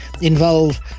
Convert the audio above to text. involve